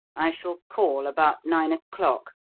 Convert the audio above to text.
i shall call about nine o'clock,